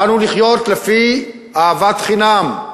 באנו לחיות לפי אהבת חינם,